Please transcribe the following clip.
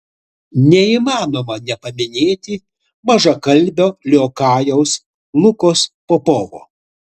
neįmanoma nepaminėti mažakalbio liokajaus lukos popovo